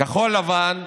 כחול לבן,